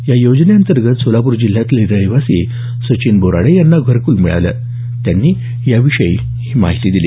या योजने अंतर्गत सोलापूर जिल्ह्यातले रहिवासी संचिन बोराडे यांना घरक्ल मिळालं आहे त्यांनी याविषयी सांगितलं